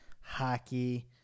hockey